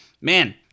man